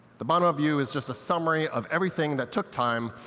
the bottom-up view is just a summary of everything that took time,